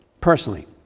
personally